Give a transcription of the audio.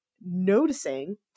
noticing